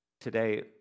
today